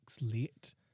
Late